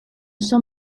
sont